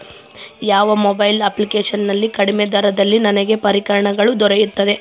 ಯಾವ mobile application ನಲ್ಲಿ ಕಡಿಮೆ ದರದಲ್ಲಿ ನನಗೆ ಪರಿಕರಗಳು ದೊರೆಯುತ್ತವೆ?